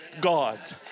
God